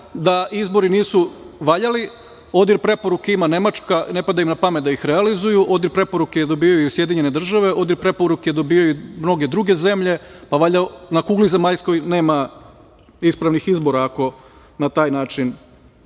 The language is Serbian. da izbori nisu valjali, ODIHR preporuke ima Nemačka, ne pada im na pamet da ih realizuju, ODIHR preporuke dobijaju i SAD, ODIHR preporuke dobijaju i mnoge druge zemlje, pa valjda na kugli zemaljskoj nema ispravnih izbora, ako na taj način